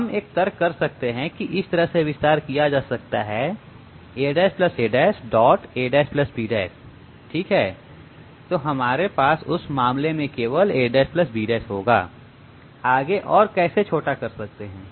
हम एक तर्क कर सकते हैं की इस तरह से विस्तार किया जा सकता है a' a'a' b' ठीक है तो हमारे पास उस मामले में केवल a' b' होगा आगे और कैसे छोटा कर सकते हैं